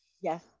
yes